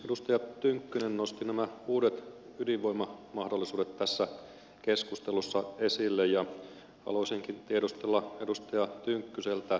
edustaja tynkkynen nosti nämä uudet ydinvoimamahdollisuudet tässä keskustelussa esille ja haluaisinkin tiedustella edustaja tynkkyseltä